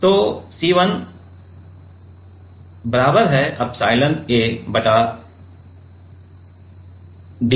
तो C1 epsilon A बटा d 1 के बराबर है